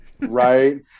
right